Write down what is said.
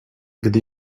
gdy